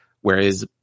whereas